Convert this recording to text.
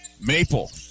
Maple